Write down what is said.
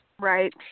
Right